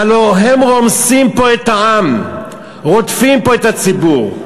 הלוא הם רומסים פה את העם, רודפים פה את הציבור.